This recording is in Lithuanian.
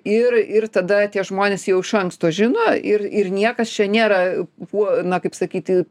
ir ir tada tie žmonės jau iš anksto žino ir ir niekas čia nėra kuo na kaip sakyti